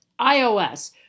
iOS